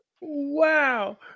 Wow